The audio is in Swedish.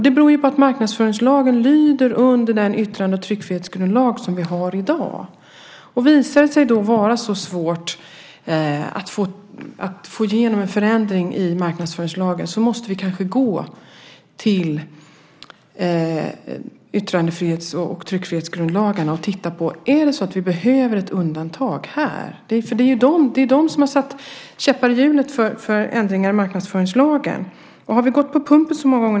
Det beror på att marknadsföringslagen lyder under de yttrandefrihets och tryckfrihetsgrundlagar som vi har i dag. Om det nu visar sig att det är svårt att få igenom en förändring i marknadsföringslagen måste vi kanske se över yttrandefrihets och tryckfrihetsgrundlagarna. Behöver vi kanske ett undantag där? Det är ju dessa grundlagar som sätter käppar i hjulet för ändringar i marknadsföringslagen. Nu har vi gått på pumpen så många gånger.